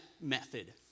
method